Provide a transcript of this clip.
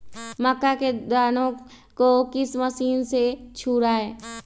मक्का के दानो को किस मशीन से छुड़ाए?